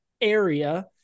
area